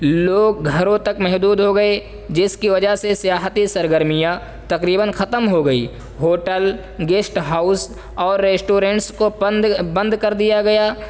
لوگ گھروں تک محدود ہو گئے جس کی وجہ سے سیاحتی سرگرمیاں تقریباً ختم ہو گئی ہوٹل گیسٹ ہاؤس اور ریسٹورنٹس کو پند بند کر دیا گیا